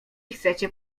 chcecie